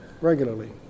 regularly